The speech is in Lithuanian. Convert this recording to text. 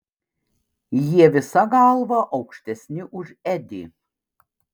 jie visa galva aukštesni už edį